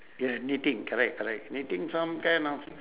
ya knitting correct correct knitting some kind of